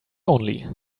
only